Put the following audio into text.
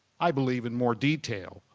i believe in more detail,